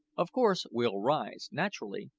of course we'll rise, naturally,